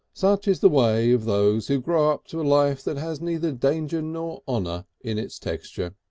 such is the way of those who grow up to a life that has neither danger nor honour in its texture.